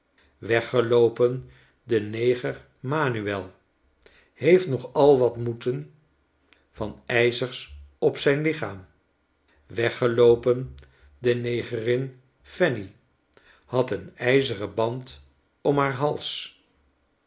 weggeloopen de neger manuel heeft nog al wat moeten van ijzers op zijn lichaam weggeloopen de negerin fanny had een ijzeren band om haar hals